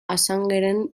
assangeren